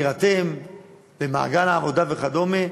להירתם למעגל העבודה וכדומה,